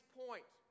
point